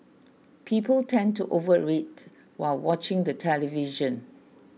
people tend to overeat while watching the television